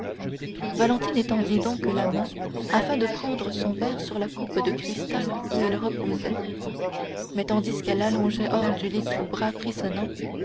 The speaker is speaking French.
valentine étendit donc la main afin de prendre son verre sur la coupe de cristal où il reposait mais tandis qu'elle allongeait hors du lit son bras frissonnant